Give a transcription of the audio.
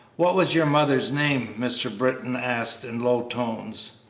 what was your mother's name? mr. britton asked, in low tones.